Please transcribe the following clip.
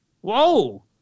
Whoa